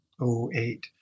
08